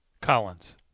Collins